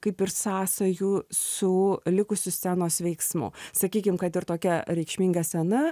kaip ir sąsajų su likusiu scenos veiksmu sakykim kad ir tokia reikšminga scena